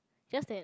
just that